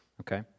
Okay